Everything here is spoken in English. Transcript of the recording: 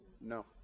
No